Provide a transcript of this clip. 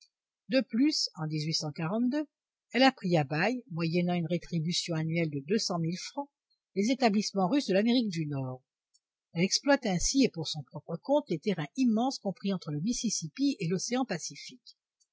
de plus en elle a pris à bail moyennant une rétribution annuelle de deux cent mille francs les établissements russes de l'amérique du nord elle exploite ainsi et pour son propre compte les terrains immenses compris entre le mississipi et l'océan pacifique